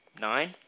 nine